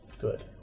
Good